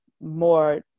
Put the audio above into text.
more